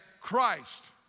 Christ